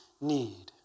need